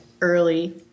early